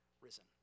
risen